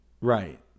Right